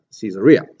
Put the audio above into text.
Caesarea